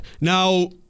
Now